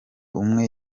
umwe